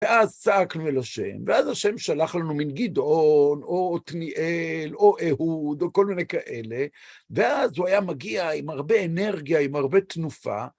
ואז צעקנו אל השם, ואז השם שלח לנו מן גדעון, או עתניאל, או אהוד, או כל מיני כאלה, ואז הוא היה מגיע עם הרבה אנרגיה, עם הרבה תנופה.